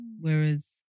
whereas